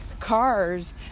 Cars